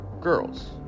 girls